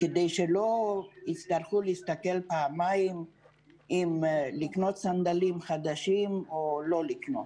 כדי שלא יצטרכו לחשוב פעמיים אם לקנות סנדלים חדשים או לא לקנות.